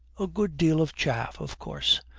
a good deal of chaff, of course.